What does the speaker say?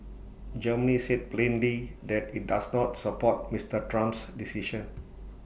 Germany said plainly that IT does not support Mister Trump's decision